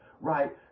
right